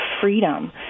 freedom